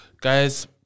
guys